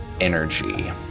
energy